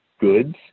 goods